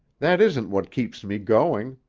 that isn't what keeps me going.